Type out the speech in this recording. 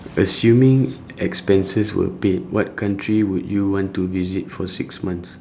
assuming expenses were paid what country would you want to visit for six months